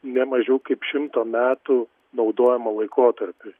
ne mažiau kaip šimto metų naudojimo laikotarpiui